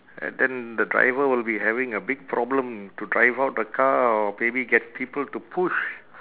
and then the driver will be having a big problem to drive out the car or maybe get people to push